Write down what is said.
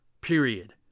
period